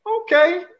Okay